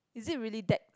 is it really that